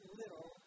little